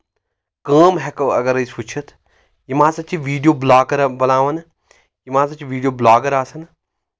کٲم ہؠکو اگر أسۍ وٕچھِتھ یِم ہسا چھِ ویٖڈیو بٕلاکر بَناوَان یِم ہسا چھِ ویٖڈیو بُلاگر آسَان